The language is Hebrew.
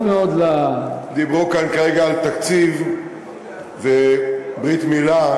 דיברו כאן כרגע על תקציב וברית מילה,